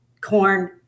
corn